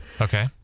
Okay